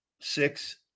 six